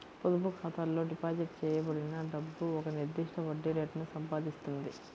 పొదుపు ఖాతాలో డిపాజిట్ చేయబడిన డబ్బు ఒక నిర్దిష్ట వడ్డీ రేటును సంపాదిస్తుంది